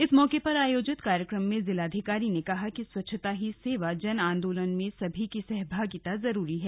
इस मौके पर आयोजित कार्यक्रम में जिलाधिकारी ने कहा कि स्वच्छता ही सेवा जन आन्दोलन में सभी की सहभागिता जरूरी है